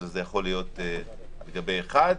אלא זה יכול להיות על גבי אחד.